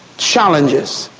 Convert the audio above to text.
challenges,